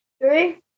Three